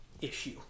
issue